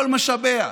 כל משאביה,